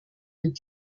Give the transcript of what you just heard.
mit